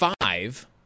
five